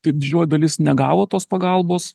tai didžioji dalis negavo tos pagalbos